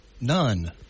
None